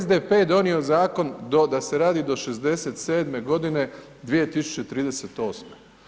SDP je donio zakon da se radi do 67 godine 2038.